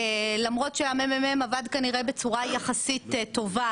למרות שהמ.מ.מ עבד בצורה יחסית טובה,